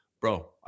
bro